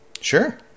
Sure